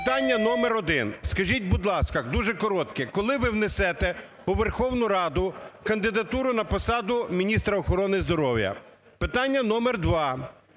Питання номер один: скажіть, будь ласка – дуже коротке – коли ви внесете у Верховну Раду кандидатуру на посаду Міністра охорони здоров'я? Питання номер два: